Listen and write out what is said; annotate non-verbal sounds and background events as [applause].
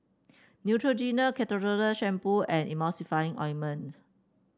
Neutrogena [unintelligible] Shampoo and [unintelligible] Ointment